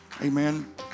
amen